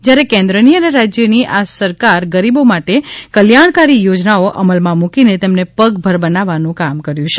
જયારે કેન્દ્રની અને રાજ્યની આ સરકાર ગરીબો માટે કલ્યાણકારી યોજનાઓ અમલમાં મુકીને તેમને પગભર બનાવવાનું કામ કર્યુ છે